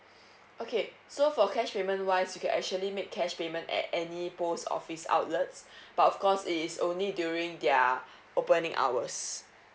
okay so for cash payment wise you can actually make cash payment at any post office outlets but of course it is only during their opening hours